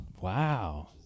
Wow